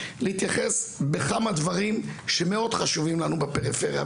להתייחס בכמה דברים שמאוד חשובים לנו בפריפריה,